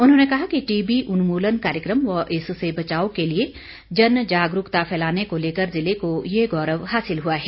उन्होंने कहा कि टीबी उन्मूलन कार्य क्रम व इससे बचाव के लिए जन जागरूकता फैलाने को लेकर जिले को यह गौरव हासिल हुआ है